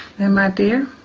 then my dear,